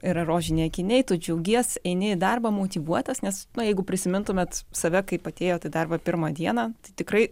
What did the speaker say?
yra rožiniai akiniai tu džiaugies eini į darbą motyvuotas nes na jeigu prisimintumėt save kaip atėjot į darbą pirmą dieną tai tikrai